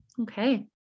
Okay